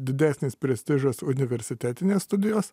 didesnis prestižas universitetinės studijos